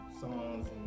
songs